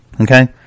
okay